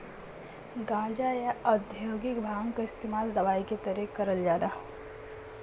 गांजा, या औद्योगिक भांग क इस्तेमाल दवाई के तरे करल जाला